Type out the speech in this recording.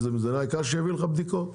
העיקר שיביאו לך בדיקות.